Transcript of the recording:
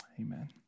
amen